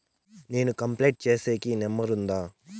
నేను కంప్లైంట్ సేసేకి నెంబర్ ఉందా?